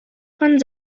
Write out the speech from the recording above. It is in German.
von